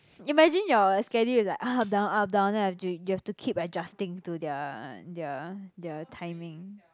imagine your schedule is like up down up down then you have to keep adjusting to their their their timing